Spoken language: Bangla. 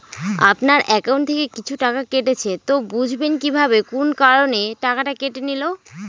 আপনার একাউন্ট থেকে কিছু টাকা কেটেছে তো বুঝবেন কিভাবে কোন কারণে টাকাটা কেটে নিল?